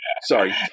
Sorry